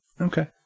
Okay